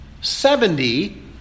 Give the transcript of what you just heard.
seventy